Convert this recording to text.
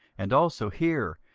and also here,